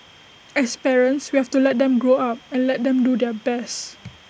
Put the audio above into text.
as parents we have to let them grow up and let them do their best